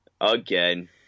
again